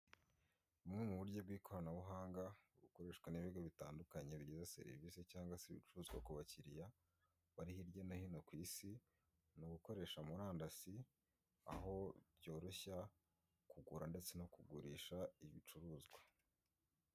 Bumwe mu buryo bw'ikoranabuhanga bukoreshwa n'ibigo bitandukanye bigize serivisi cyangwa se ibicuruzwa ku bakiriya bari hirya no hino ku isi, ni ugukoresha murandasi aho byoroshya kugura ndetse no kugurisha ibicuruzwa.